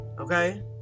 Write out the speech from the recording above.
Okay